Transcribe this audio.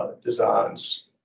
Designs